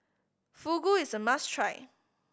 fugu is a must try